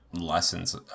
lessons